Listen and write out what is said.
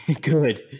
Good